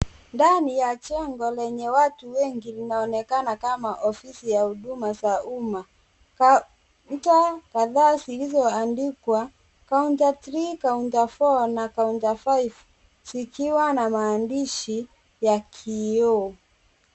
Ndani ya jengo lenye watu wengi linaonekana kama ofisi ya huduma za umma. Picha kadhaa zilizoandikwa counter three, counter four na counter five zikiwa na maandishi ya kioo.